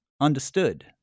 Understood